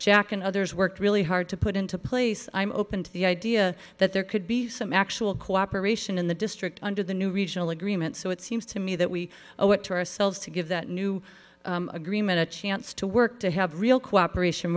jack and others worked really hard to put into place i'm open to the idea that there could be some actual co operation in the district under the new regional agreement so it seems to me that we owe it to to ourselves if that new agreement a chance to work to have real cooperation